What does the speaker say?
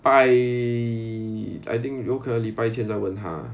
拜 I think 有可能礼拜天再问他